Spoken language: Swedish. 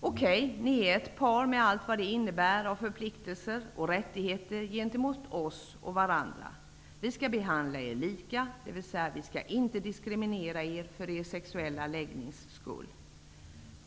Okej, ni är ett par med allt vad det innebär av förpliktelser och rättigheter gentemot oss och varandra. Vi skall behandla er lika, dvs. vi skall inte diskriminera er för er sexuella läggnings skull.